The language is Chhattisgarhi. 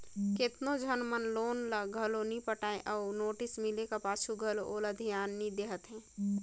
केतनो झन मन लोन ल घलो नी पटाय अउ नोटिस मिले का पाछू घलो ओला धियान नी देहत रहें